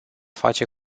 face